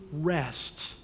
rest